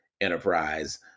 enterprise